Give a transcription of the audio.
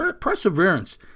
perseverance